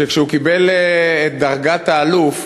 כשהוא קיבל את דרגת האלוף,